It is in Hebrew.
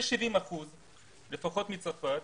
יש 70%, לפחות מצרפת,